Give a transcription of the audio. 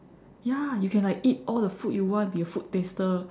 ya you can like eat all the food you want be a food taster